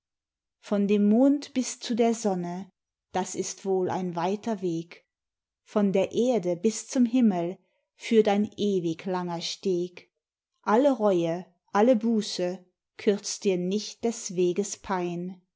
von dem mond bis zu der sonne das ist wohl ein weiter weg von der erde bis zum himmel führt ein ewiglanger steg alle reue alle buße kürzt dir nicht des weges pein